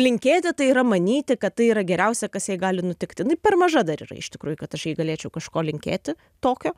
linkėti tai yra manyti kad tai yra geriausia kas jai gali nutikti jinai per maža dar yra iš tikrųjų kad aš jai galėčiau kažko linkėti tokio